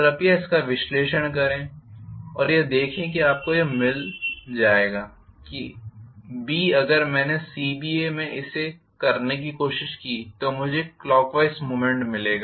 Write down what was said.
कृपया इसका विश्लेषण करें और यह देखें कि आपको यह मिल जाएगा कि B अगर मैंने CBA में इसे करने की कोशिश की तो मुझे क्लॉकवाइज मूवमेंट मिलेगा